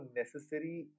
necessary